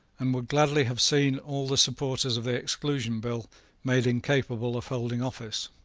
and would gladly have seen all the supporters of the exclusion bill made incapable of holding office.